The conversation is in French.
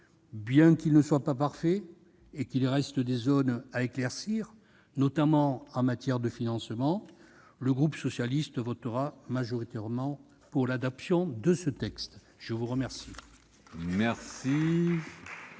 celui-ci ne soit pas parfait et qu'il reste des zones à éclaircir, notamment en matière de financement, le groupe socialiste votera majoritairement pour l'adoption de ce texte. La parole